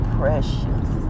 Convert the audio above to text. precious